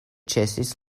ĉesis